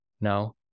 No